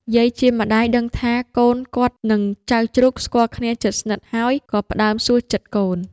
យាយជាម្ដាយដឹងថាកូនគាត់នឹងចៅជ្រូកស្គាល់គ្នាជិតស្និទ្ធហើយ ក៏ផ្ដើមសួរចិត្ដកូន។